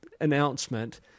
announcement